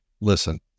listen